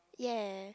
ya